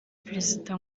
perezida